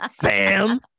Sam